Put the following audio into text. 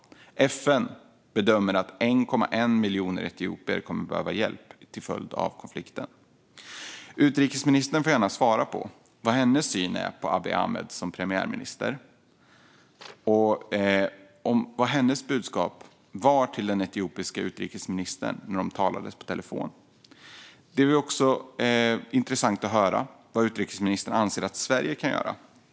FN bedömer att 1,1 miljoner etiopier kommer att behöva hjälp till följd av konflikten. Utrikesministern får gärna svara på hur hon ser på Abiy Ahmed som premiärminister och vad hennes budskap till den etiopiska utrikesministern var när de talades vid på telefon. Det vore också intressant att höra vad utrikesministern anser att Sverige kan göra.